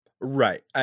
Right